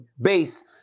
base